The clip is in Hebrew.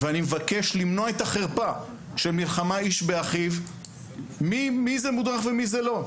אני מבקש למנוע את החרפה של מלחמה איש באחיו מי זה מודרך ומי זה לא.